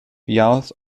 youth